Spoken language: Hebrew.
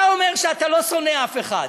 אתה אומר שאתה לא שונא אף אחד.